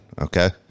okay